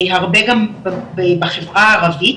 הרבה גם בחברה הערבית,